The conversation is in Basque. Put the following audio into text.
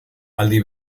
aldi